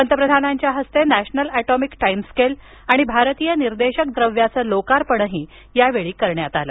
पंतप्रधानांच्या हस्ते national atomic timescale आणि भारतीय निर्देशक द्रव्याचं लोकार्पणही यावेळी करण्यात आलं